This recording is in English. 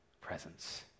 presence